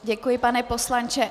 Děkuji, pane poslanče.